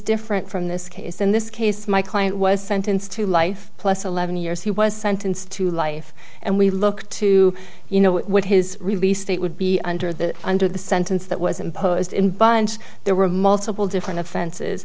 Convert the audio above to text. different from this case in this case my client was sentenced to life plus eleven years he was sentenced to life and we look to you know what his release date would be under the under the sentence that was imposed in bunch there were multiple different offenses